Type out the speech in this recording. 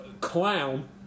clown